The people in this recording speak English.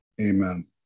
Amen